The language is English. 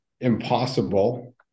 impossible